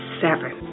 seven